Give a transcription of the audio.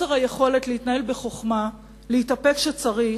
חוסר היכולת להתנהל בחוכמה, להתאפק כשצריך,